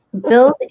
Build